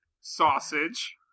sausage